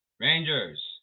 Rangers